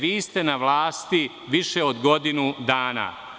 Vi ste na vlasti više od godinu dana.